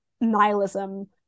nihilism